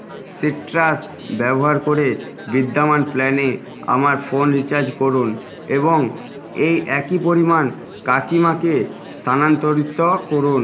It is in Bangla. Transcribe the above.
সিট্রাস ব্যবহার করে বিদ্যামান প্ল্যানে আমার ফোন রিচার্জ করুন এবং এই একই পরিমাণ কাকিমাকে স্থানান্তরিত করুন